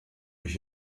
ich